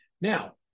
Now